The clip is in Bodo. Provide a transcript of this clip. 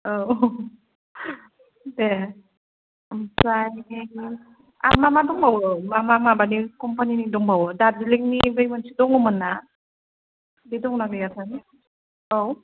औ दे ओमफ्राय आर मा मा दंबावो मा मा माबानि खम्पानिनि दंबावो दार्जिलिंनि बै मोनसे दङमोन ना बे दं ना गैयाथाय औ